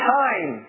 time